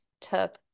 took